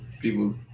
People